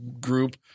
group